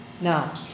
Now